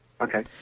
Okay